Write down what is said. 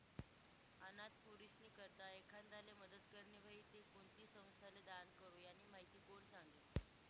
अनाथ पोरीस्नी करता एखांदाले मदत करनी व्हयी ते कोणती संस्थाले दान करो, यानी माहिती कोण सांगी